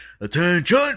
attention